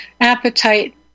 appetite